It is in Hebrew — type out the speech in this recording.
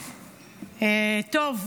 תודה.